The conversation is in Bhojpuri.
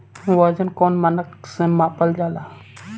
वजन कौन मानक से मापल जाला?